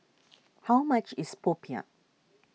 how much is Popiah